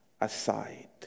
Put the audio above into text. aside